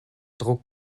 druck